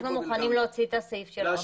אנחנו מוכנים להוציא את הסעיף של הרבנים בחוץ.